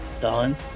done